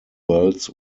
belts